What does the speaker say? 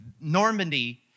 Normandy